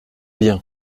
bien